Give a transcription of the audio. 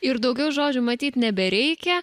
ir daugiau žodžių matyt nebereikia